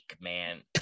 man